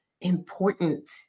important